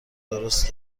درست